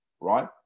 Right